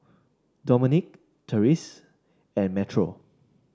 Domonique Terese and Metro